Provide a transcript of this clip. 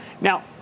Now